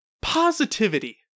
positivity